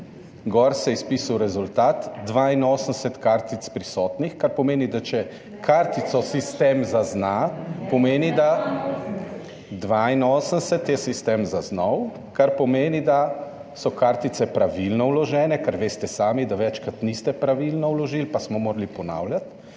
gori se je izpisal rezultat 82 kartic prisotnih, kar pomeni, da če kartico sistem zazna, pomeni …/ oglašanje iz dvorane/ 82 je sistem zaznal, kar pomeni, da so kartice pravilno vložene, ker veste sami, da večkrat niste pravilno vložili, pa smo morali ponavljati,